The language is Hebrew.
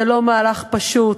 זה לא מהלך פשוט,